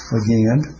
again